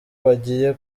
bagiye